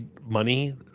money